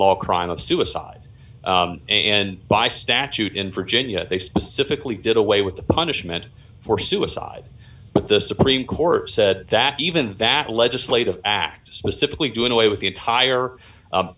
law crime of suicide and by statute in virginia they specifically did away with the punishment for suicide but the supreme court said that even that legislative act specifically doing away with the entire